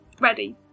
ready